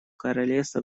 королевства